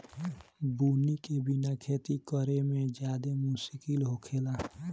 बुनी के बिना खेती करेमे ज्यादे मुस्किल होखेला